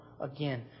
again